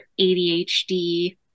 ADHD